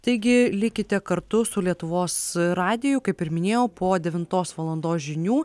taigi likite kartu su lietuvos radiju kaip ir minėjau po devintos valandos žinių